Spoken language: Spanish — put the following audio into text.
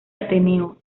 ateneo